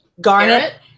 Garnet